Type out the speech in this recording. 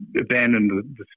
abandoned